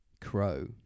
Crow